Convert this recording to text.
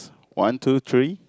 one two three